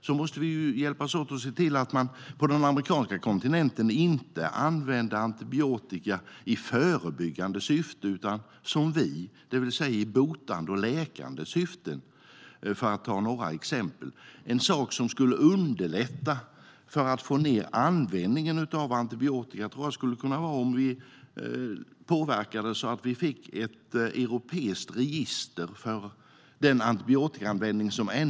Då måste vi hjälpas åt att till exempel se till att de inte använder antibiotika i förebyggande syfte utan som vi, det vill säga i botande och läkande syften. En sak som skulle underlätta för att minska användningen av antibiotika skulle kunna vara om vi påverkade på ett sådant sätt att vi får ett europeiskt register för antibiotikaanvändningen.